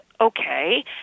okay